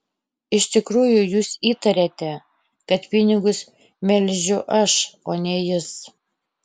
iš tikrųjų jūs įtariate kad pinigus melžiu aš o ne jis